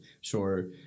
sure